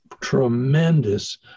tremendous